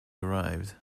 arrived